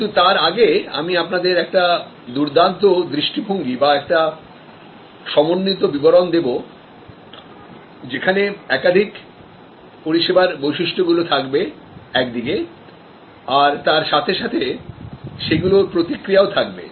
কিন্তু তার আগে আমি আপনাদের একটা দুর্দান্ত দৃষ্টিভঙ্গি বা একটা সমন্বিত বিবরণ দেবো যেখানে একদিকে পরিষেবার বৈশিষ্ট্যগুলো থাকবে আর তার সাথে সাথে সেগুলির প্রতিক্রিয়াও থাকবে